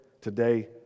today